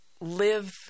live